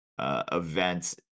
event